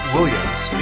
Williams